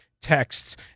texts